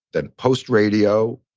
then post-radio,